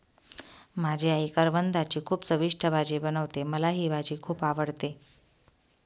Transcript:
माझी आई करवंदाची खूप चविष्ट भाजी बनवते, मला ही भाजी खुप आवडते